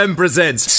presents